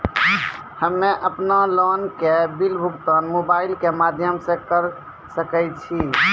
हम्मे अपन लोन के बिल भुगतान मोबाइल के माध्यम से करऽ सके छी?